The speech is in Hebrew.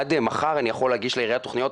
עד מחר אני יכול להגיש לעירייה תוכניות,